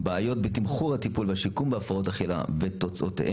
בעיות בתמחור הטיפול והשיקום בהפרעות אכילה ותוצאותיהם,